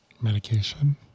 Medication